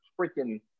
freaking